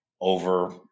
over